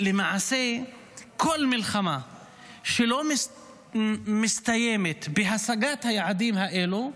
למעשה, כל מלחמה שלא מסתיימת בהשגת היעדים האלו,